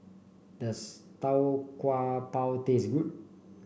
does Tau Kwa Pau taste good